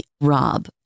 ROB